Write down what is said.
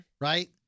Right